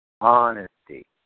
Honesty